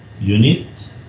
unit